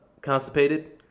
constipated